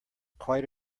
quite